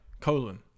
colon